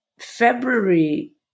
February